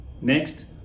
Next